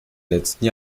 letzten